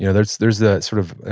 yeah there's there's that sort of,